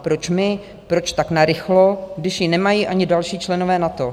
Proč my, proč tak narychlo, když ji nemají ani další členové NATO?